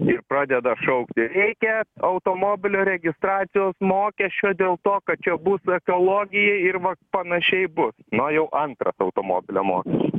ir pradeda šaukti reikia automobilio registracijos mokesčio dėl to kad čia bus ekologijai ir va panašiai bus na jau antras automobilio mokestis